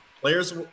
players